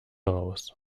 raus